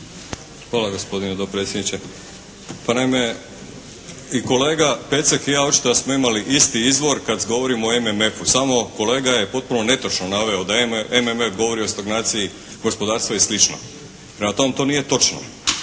Hvala gospodine dopredsjedniče. Pa naime, i kolega Pecek i ja očito smo imali isti izvor kad govorimo o MMF-u, samo kolega je potpuno netočno naveo da MMF govori o stagnaciji gospodarstva i slično. Prema tome, to nije točno.